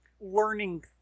learning